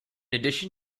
addition